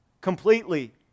completely